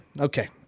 okay